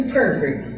perfect